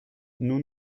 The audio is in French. nous